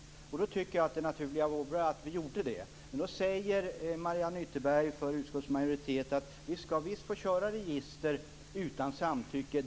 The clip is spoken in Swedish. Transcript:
Då tycker jag att det naturliga också vore att vi gjorde det. Men Mariann Ytterberg säger för utskottets majoritet att vi visst skall få köra register utan samtycke.